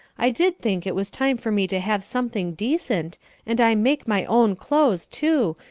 i did think it was time for me to have something decent and i make my own clothes, too,